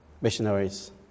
missionaries